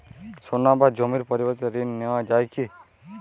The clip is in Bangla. সোনা বা জমির পরিবর্তে ঋণ নেওয়া যায় কী?